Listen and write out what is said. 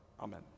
Amen